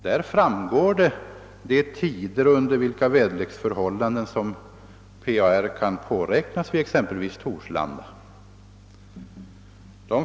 Där framgår under vilka tider och under vilka väderleksförhållanden som PAR kan påräknas vid exempelvis Torslanda.